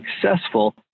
successful